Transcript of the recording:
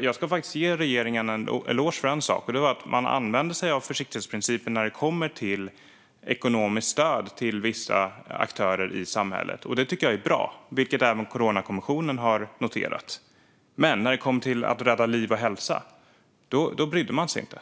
Jag ska faktiskt ge regeringen en eloge för en sak, och det var att man använde sig av försiktighetsprincipen när det kom till ekonomiskt stöd till vissa aktörer i samhället. Det tycker jag är bra, vilket även Coronakommissionen har noterat. Men när det kommer till att rädda liv och hälsa brydde man sig inte.